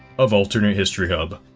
of alternate history hub.